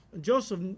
Joseph